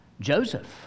Joseph